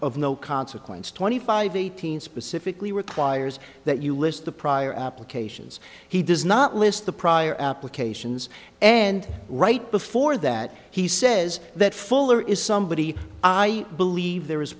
of no consequence twenty five eighteen specifically requires that you list the prior applications he does not list the prior applications and right before that he says that fuller is somebody i believe there